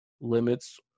limits